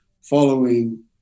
following